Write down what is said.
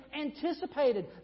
anticipated